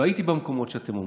והייתי במקומות שאתם אומרים.